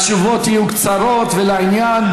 התשובות יהיו קצרות ולעניין,